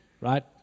right